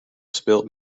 spilt